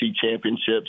championships